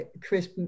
Chris